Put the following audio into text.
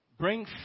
Bring